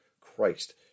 Christ